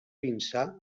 vinçà